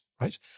right